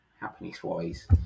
happiness-wise